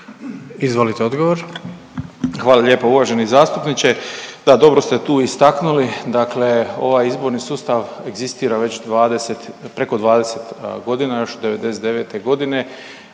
Ivan (HDZ)** Hvala lijepo uvaženi zastupniče, da dobro ste tu istaknuli dakle ovaj izborni sustav egzistira već 20, preko 20 godina još '99. godine